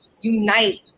unite